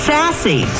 Sassy